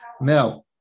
Now